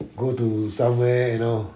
go to somewhere you know